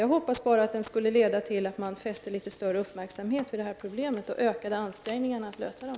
Jag hoppas bara att den skall leda till att man fäster litet större uppmärksamhet vid dessa problem och ökar ansträngningarna att lösa dem.